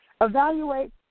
Evaluate